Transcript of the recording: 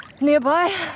nearby